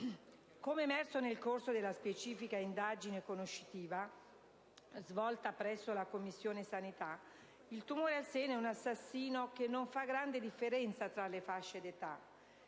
Come è emerso nel corso della specifica indagine conoscitiva svolta presso la Commissione sanità, il tumore al seno è un assassino che non fa grande differenza tra fasce di età.